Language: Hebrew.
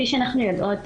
כפי שאנחנו יודעות,